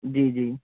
جی جی